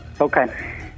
Okay